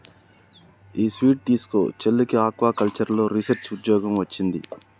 ఈ స్వీట్ తీస్కో, చెల్లికి ఆక్వాకల్చర్లో రీసెర్చ్ ఉద్యోగం వొచ్చింది